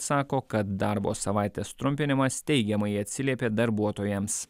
sako kad darbo savaitės trumpinimas teigiamai atsiliepė darbuotojams